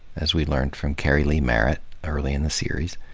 as we learned from kerry lee merritt earlier in the series.